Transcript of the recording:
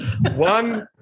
One